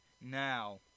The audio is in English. now